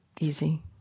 easy